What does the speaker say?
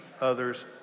others